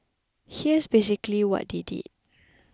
here's basically what they did